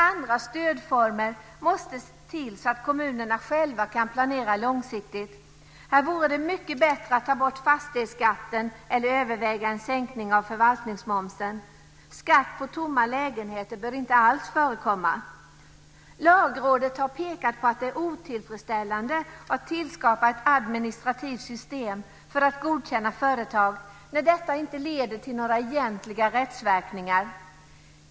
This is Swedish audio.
Andra stödformer måste till så att kommunerna själva kan planera långsiktigt. Här vore det mycket bättre att ta bort fastighetsskatten eller överväga en sänkning av förvaltningsmomsen. Skatt på tomma lägenheter bör inte alls förekomma. Lagrådet har påpekat att det är otillfredsställande att tillskapa ett administrativt system för att godkänna företag när detta inte leder till några egentliga rättsverkningar.